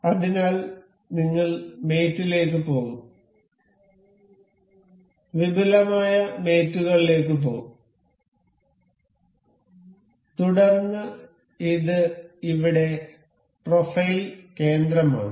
അതിനാൽ നിങ്ങൾ മേറ്റ് ലേക്ക് പോകും വിപുലമായ മേറ്റ് കളിലേക്ക് പോകും തുടർന്ന് ഇത് ഇവിടെ പ്രൊഫൈൽ കേന്ദ്രമാണ്